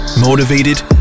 motivated